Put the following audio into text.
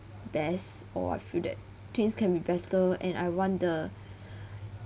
best or I feel that things can be better and I want the